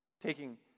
Taking